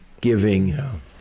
giving